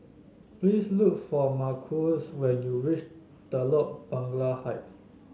please look for Marquez when you reach Telok Blangah Height